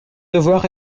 devoir